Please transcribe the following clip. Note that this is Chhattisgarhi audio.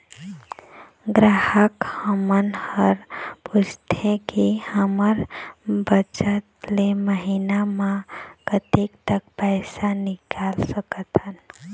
ग्राहक हमन हर पूछथें की हमर बचत ले महीना मा कतेक तक पैसा निकाल सकथन?